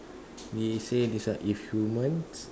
we say this one if humans